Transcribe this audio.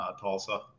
Tulsa